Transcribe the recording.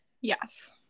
yes